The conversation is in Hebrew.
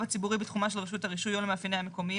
הציבורי בתחומה של רשות הרישוי או למאפייניה המקומיים".